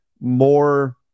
more